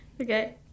Okay